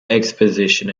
exposition